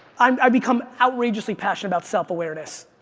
um i've become outrageously passionate about self-awareness.